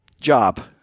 job